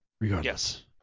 Regardless